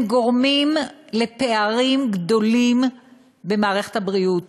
הם גורמים לפערים גדולים במערכת הבריאות,